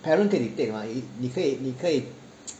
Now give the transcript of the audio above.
parent 可以 take mah 你可以你可以